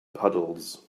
puddles